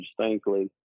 distinctly